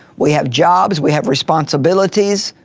we have jobs, we have responsibilities,